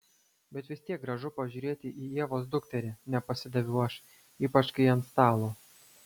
bet vis tiek gražu pažiūrėti į ievos dukterį nepasidaviau aš ypač kai ji ant stalo